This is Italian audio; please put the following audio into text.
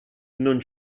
non